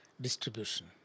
distribution